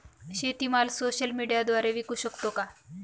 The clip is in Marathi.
शेतीमाल सोशल मीडियाद्वारे विकू शकतो का?